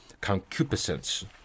concupiscence